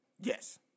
Yes